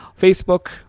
Facebook